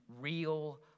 real